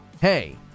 Hey